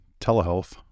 telehealth